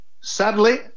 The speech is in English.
sadly